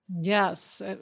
Yes